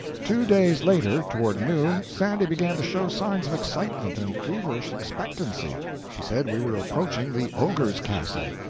two days later, toward noon, sandy began to show signs of excitement and feverish expectancy. she said we were approaching the ogre's castle.